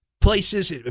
places